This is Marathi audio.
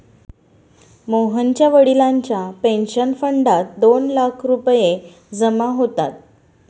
मोहनच्या वडिलांच्या पेन्शन फंडात दोन लाख रुपये जमा होतात